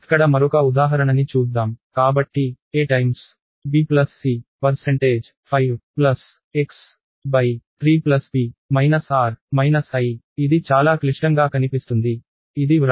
ఇక్కడ మరొక ఉదాహరణని చూద్దాం కాబట్టి a b c5 x 3 p r i ఇది చాలా క్లిష్టంగా కనిపిస్తుంది ఇది వ్రాయడం కూడా చాలా మంచి విషయం కాదు